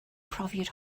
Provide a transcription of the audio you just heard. profiad